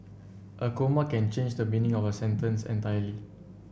a comma can change the meaning of a sentence entirely